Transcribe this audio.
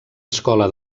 escola